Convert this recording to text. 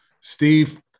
steve